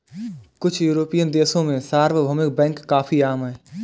कुछ युरोपियन देशों में सार्वभौमिक बैंक काफी आम हैं